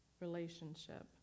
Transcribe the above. relationship